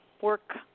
work